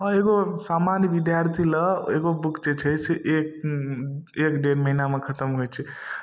आओर एगो सामान्य विद्यार्थी लए एगो बुक जे छै से एक एक डेढ़ महीनामे खतम होइ छै